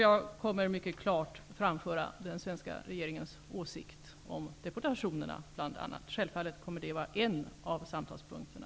Jag kommer att mycket klart framföra den svenska regeringens åsikt om bl.a. deportationerna, som självfallet kommer att vara en av samtalspunkterna.